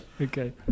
Okay